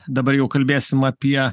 dabar jau kalbėsim apie